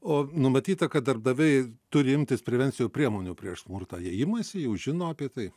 o numatyta kad darbdaviai turi imtis prevencinių priemonių prieš smurtą jie imasi jau žino apie tai